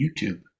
YouTube